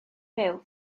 byw